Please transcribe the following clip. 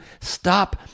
stop